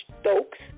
Stokes